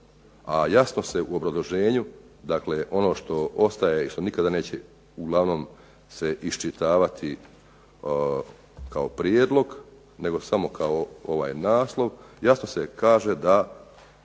a jasno se u obrazloženju, dakle ono što ostaje i što nikada neće uglavnom se iščitavati kao prijedlog nego samo kao naslov jasno se kaže da